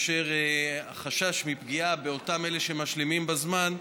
והחשש מפגיעה באותם אלה שמשלימים בזמן,